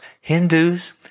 Hindus